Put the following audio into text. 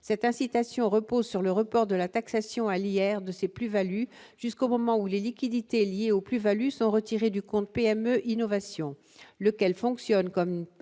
cette incitation repose sur le report de la taxation à l'hier de ces plus-values jusqu'au moment où les liquidités lié aux plus-values sont retirés du compte PME Innovation lequel fonctionne comme